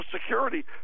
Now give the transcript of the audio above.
Security